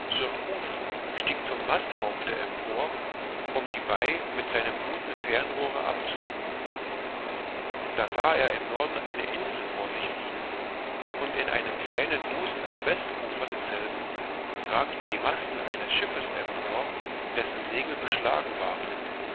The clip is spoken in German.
stieg zum masthaupte empor um die bai mit seinem guten fernrohre abzusuchen da sah er im norden eine insel vor sich liegen und in einem kleinen busen am westufer derselben ragten die masten eines schiffes empor dessen segel beschlagen waren